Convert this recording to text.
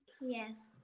Yes